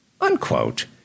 unquote